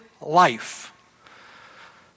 life